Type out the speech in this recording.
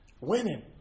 winning